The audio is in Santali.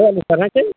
ᱟᱞᱟᱝᱟᱜ ᱵᱮᱯᱟᱨ ᱦᱮᱸ ᱪᱮ